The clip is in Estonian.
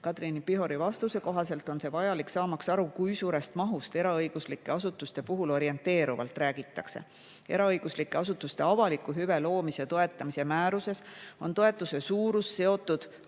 Katrin Pihori vastuse kohaselt on see vajalik, saamaks aru, kui suurest mahust eraõiguslike asutuste puhul orienteerivalt räägitakse. Eraõiguslike asutuste avaliku hüve loomise toetamise määruses on toetuse suurus seotud